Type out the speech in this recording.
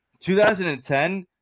2010